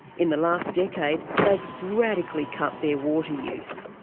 in the last decade they've radically cut their water use.